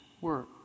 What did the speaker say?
work